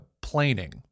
planing